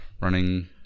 running